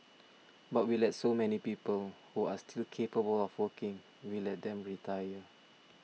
but we let so many people who are still capable of working we let them retire